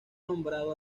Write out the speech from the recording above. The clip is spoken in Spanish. nombrado